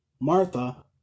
Martha